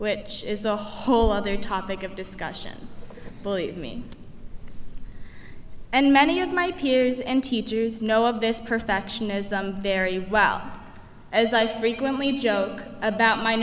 which is a whole other topic of discussion believe me and many of my peers and teachers know of this perfectionism very well as i frequently joke about m